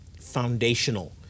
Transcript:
foundational